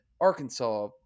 Arkansas